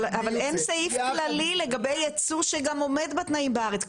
אבל אין סעיף כללי לגבי ייצוא שגם עומד בתנאים בארץ.